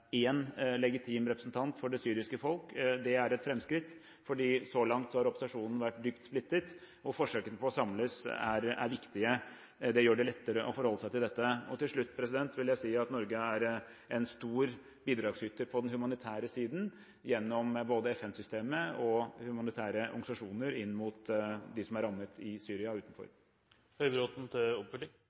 en legitim representant for det syriske folk. Det er et framskritt fordi opposisjonen har så langt vært dypt splittet, og forsøkene på å samles er viktige. Det gjør det lettere å forholde seg til dette. Til slutt vil jeg si at Norge er en stor bidragsyter på den humanitære siden gjennom både FN-systemet og humanitære organisasjoner til dem som er rammet i Syria, og utenfor. Dagfinn Høybråten – til